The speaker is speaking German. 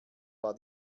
war